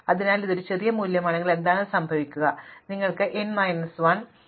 അതിനാൽ ഇത് ഒരു ചെറിയ മൂല്യമാണെങ്കിൽ എന്താണ് സംഭവിക്കുക എന്നത് പിവറ്റിനേക്കാൾ വലുതായിരിക്കും